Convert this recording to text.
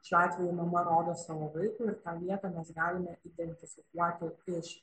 šiuo atveju mama rodo savo vaikui ir tą vietą mes galime identifikuoti iš